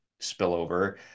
spillover